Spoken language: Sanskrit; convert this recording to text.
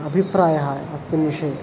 अभिप्रायः अस्मिन् विषये